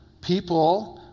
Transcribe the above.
people